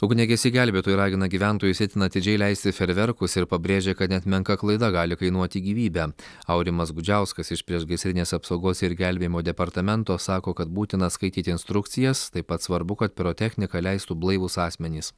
ugniagesiai gelbėtojai ragina gyventojus itin atidžiai leisti fejerverkus ir pabrėžė kad net menka klaida gali kainuoti gyvybę aurimas gudžiauskas iš priešgaisrinės apsaugos ir gelbėjimo departamento sako kad būtina skaityti instrukcijas taip pat svarbu kad pirotechniką leistų blaivūs asmenys